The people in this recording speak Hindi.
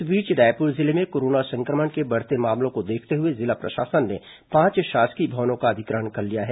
इस बीच रायपुर जिले में कोरोना संक्रमण के बढ़ते मामलों को देखते हुए जिला प्रशासन ने पांच शासकीय भवनों का अधिग्रहण कर लिया है